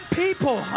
people